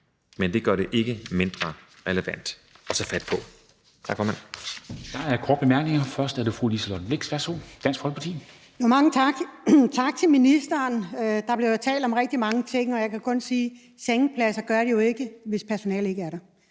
men det gør det ikke mindre relevant at tage fat på.